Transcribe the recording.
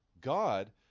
God